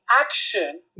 action